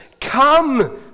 come